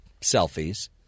selfies